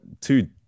two